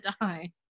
die